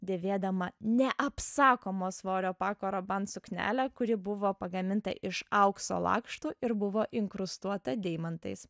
dėvėdama neapsakomo svorio pako robant suknelę kuri buvo pagaminta iš aukso lakštų ir buvo inkrustuota deimantais